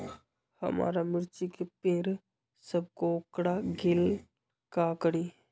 हमारा मिर्ची के पेड़ सब कोकरा गेल का करी?